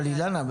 אילנה,